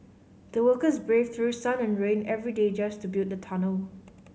the workers braved through sun and rain every day just to build the tunnel